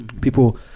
People